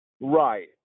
Right